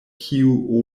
kiu